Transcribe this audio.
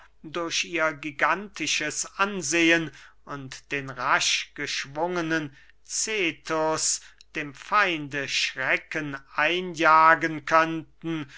durch ihr gigantisches ansehen und den raschgeschwungenen cestus dem feinde schrecken einjagen könnten